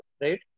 Right